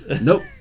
Nope